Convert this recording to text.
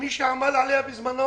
שמי שעמל עליה בזמנו